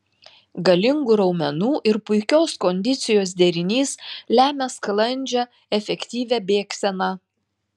galingų raumenų ir puikios kondicijos derinys lemia sklandžią efektyvią bėgseną